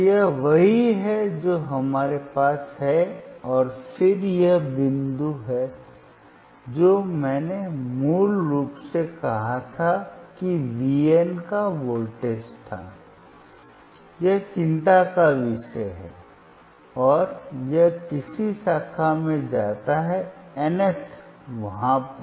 तो यह वही है जो हमारे पास है और फिर यह वह बिंदु है जो मैंने मूल रूप से कहा था कि V n का वोल्टेज था यह चिंता का विषय है और यह किसी शाखा में जाता है nth वहाँ पर